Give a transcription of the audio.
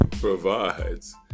Provides